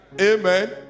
Amen